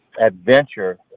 adventure